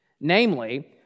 Namely